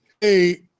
Hey